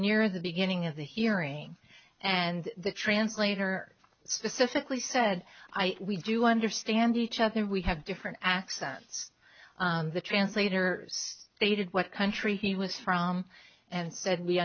near the beginning of the hearing and the translator specifically said we do understand each other we have different accents the translator stated what country he was from and said we